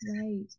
right